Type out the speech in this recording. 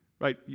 Right